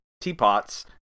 teapots